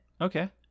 Okay